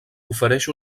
ofereix